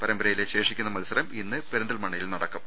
പരമ്പരയിലെ ശേഷി ക്കുന്ന മത്സരം ഇന്ന് പെരിന്തൽമണ്ണയിൽ നടക്കും